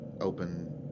open